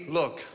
look